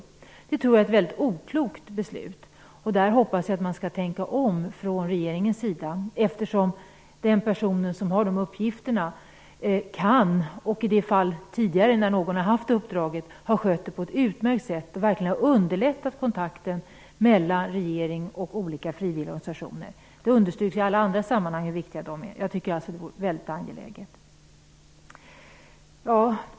Jag tror att det var ett väldigt oklokt beslut, och jag hoppas att regeringen skall tänka om i den här frågan. Den person som har haft hand om de här uppgifterna har skött uppdraget på ett utmärkt sätt och verkligen underlättat kontakten mellan regeringen och olika frivilligorganisationer. Det understryks i alla andra sammanhang hur viktiga de är, och jag tycker att detta är något väldigt angeläget.